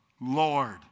Lord